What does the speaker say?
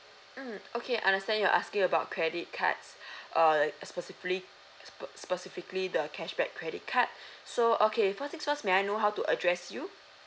mm okay understand you're asking about credit cards uh especificly~ spe~ specifically the cashback credit card so okay first things first may I know how to address you